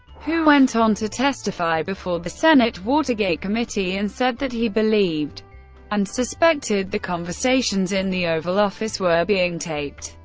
who went on to testify before the senate watergate committee and said that he believed and suspected the conversations in the oval office were being taped.